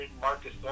Marcus